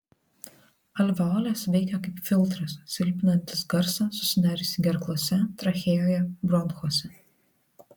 alveolės veikia kaip filtras silpninantis garsą susidariusį gerklose trachėjoje bronchuose